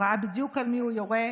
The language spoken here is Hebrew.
הוא ראה בדיוק על מי הוא יורה,